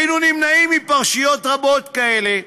היינו נמנעים מפרשיות רבות כאלה,